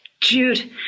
Jude